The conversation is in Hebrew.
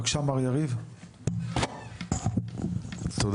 בבקשה מר יריב, שם, ותפקיד.